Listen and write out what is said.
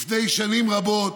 לפני שנים רבות,